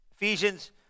Ephesians